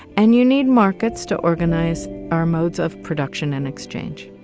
and you need markets to organize our modes of production and exchange.